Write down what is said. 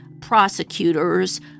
prosecutors